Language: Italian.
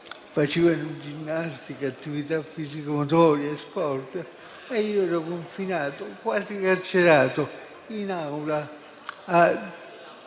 facevano ginnastica, attività fisico-motoria e sport, mentre io ero confinato, quasi carcerato, in aula a